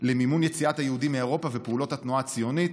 למימון יציאת היהודים מאירופה ופעולות התנועה הציונית,